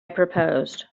proposed